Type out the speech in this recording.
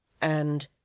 and